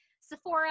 Sephora